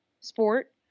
sport